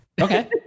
Okay